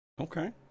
Okay